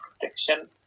protection